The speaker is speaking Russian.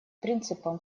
принципом